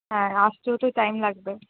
হ্যাঁ আসতেও তো টাইম লাগবে